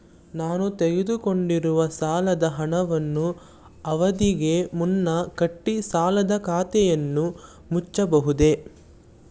ನಾನು ತೆಗೆದುಕೊಂಡಿರುವ ಸಾಲದ ಹಣವನ್ನು ಅವಧಿಗೆ ಮುನ್ನ ಕಟ್ಟಿ ಸಾಲದ ಖಾತೆಯನ್ನು ಮುಚ್ಚಬಹುದೇ?